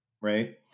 Right